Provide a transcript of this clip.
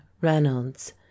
Reynolds